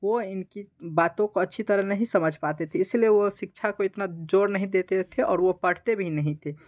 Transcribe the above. वह इनकी बातों को अच्छी तरह नहीं समझ पाते थे इसलिए वह शिक्षा को इतना जोर नहीं देते थे और वह पढ़ते भी नहीं थे